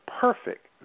perfect